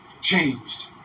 changed